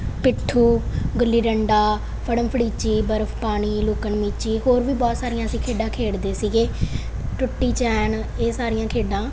ਪਿੱਠੂ ਗੁੱਲੀ ਡੰਡਾ ਫੜਨ ਫੜੀਚੀ ਬਰਫ ਪਾਣੀ ਲੁਕਣ ਮੀਚੀ ਹੋਰ ਵੀ ਬਹੁਤ ਸਾਰੀਆਂ ਅਸੀਂ ਖੇਡਾਂ ਖੇਡਦੇ ਸੀਗੇ ਟੁੱਟੀ ਚੈਨ ਇਹ ਸਾਰੀਆਂ ਖੇਡਾਂ